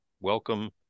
welcome